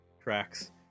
tracks